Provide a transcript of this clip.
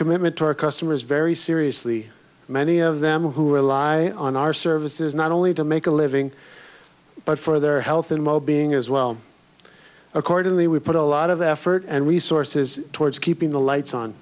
commitment to our customers very seriously many of them who rely on our services not only to make a living but for their health and wellbeing as well accordingly we put a lot of effort and resources towards keeping the lights on